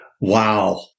Wow